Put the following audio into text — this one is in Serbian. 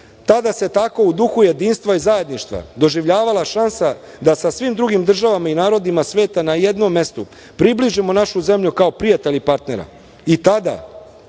se tako u duhu jedinstva i zajedništva doživljavala šansa da sa svim drugim državama i narodima sveta na jednom mestu približimo našu zemlju kao prijatelja i partnera